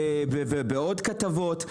ובעוד כתבות.